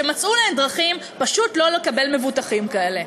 שמצאו להן דרכים פשוט לא לקבל מבוטחים כאלה.